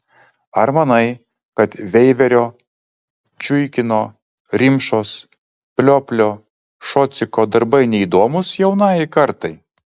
ar manai kad veiverio čiuikino rimšos plioplio šociko darbai neįdomūs jaunajai kartai